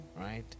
Right